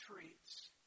treats